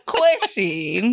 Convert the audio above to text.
question